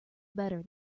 better